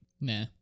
Nah